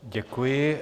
Děkuji.